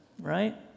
right